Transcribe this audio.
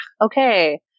okay